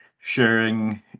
sharing